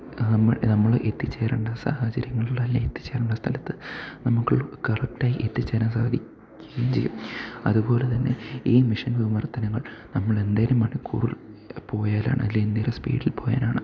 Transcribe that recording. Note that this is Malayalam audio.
നമ്മൾ നമ്മൾ എത്തിച്ചേരേണ്ട സാഹചര്യങ്ങളിലല്ലേ എത്തിച്ചേരേണ്ട സലത്ത് നമുക്കൊരു കറക്റ്റായി എത്തിച്ചേരാൻ സാധിക്കുകയും ചെയ്യും അതുപോലെതന്നെ ഈ മെഷീൻ വിമർത്തനങ്ങൾ നമ്മൾ എന്തേലും മണിക്കൂറിൽ പോയാലാണ് അല്ലേ എന്തേലും സ്പീഡിൽ പോയാലാണ്